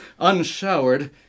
unshowered